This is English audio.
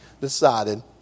decided